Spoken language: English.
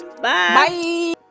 Bye